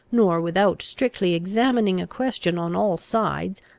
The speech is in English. nor without strictly examining a question on all sides,